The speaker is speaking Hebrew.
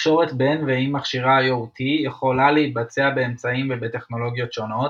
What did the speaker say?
התקשורת בין ועם מכשירי IoT יכולה להתבצע באמצעים וטכנולוגיות שונות,